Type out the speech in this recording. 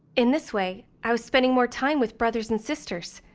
in this way, i was spending more time with brothers and sisters.